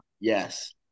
Yes